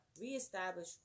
reestablish